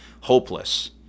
hopeless